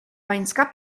pańska